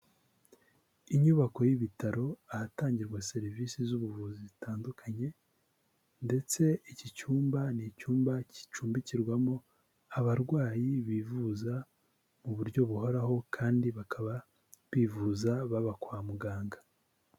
Inyubako y'ibitaro ahatangirwa serivisi z'ubuvuzi zitandukanye, ndetse iki cyumba ni icyumba gicumbikirwamo abarwayi bivuza mu buryo buhoraho kandi bakaba bivuza baba kwa muganga.